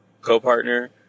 co-partner